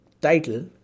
title